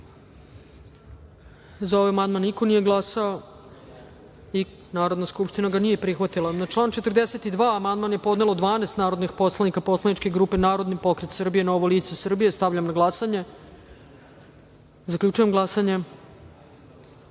Za ovaj amandman niko nije glasao. Narodna skupština ga nije prihvatila. Na član 42. amandman je podnelo 12 narodnih poslanika poslaničke grupe Narodni pokret Srbije - Novo lice Srbije. Stavljam na glasanje ovaj amandman. Zaključujem glasanje: